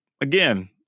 again